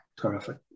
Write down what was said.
terrific